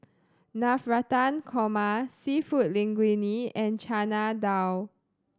Navratan Korma Seafood Linguine and Chana Dal